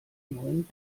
neuen